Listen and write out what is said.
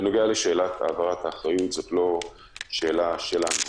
בנוגע לשאלת העברת האחריות זאת לא שאלה שלנו,